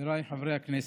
חבריי חברי הכנסת,